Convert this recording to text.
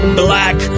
black